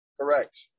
Correct